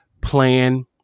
plan